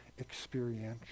experiential